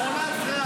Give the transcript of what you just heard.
מכונת רעל.